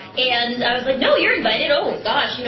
and i was like, no, you're invited. oh, gosh. you know,